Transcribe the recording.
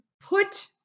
put